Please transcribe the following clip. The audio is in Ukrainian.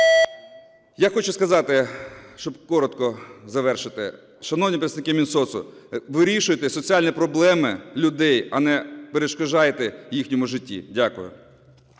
Я хочу сказати, щоб коротко завершити. Шановні представники Мінсоцу, вирішуйте соціальні проблеми людей, а не перешкоджайте в їхньому житті. Дякую.